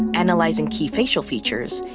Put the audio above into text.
analyzing key facial features,